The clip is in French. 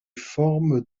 formes